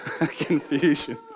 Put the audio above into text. confusion